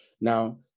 Now